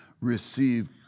receive